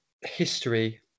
history